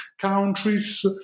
countries